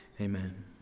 Amen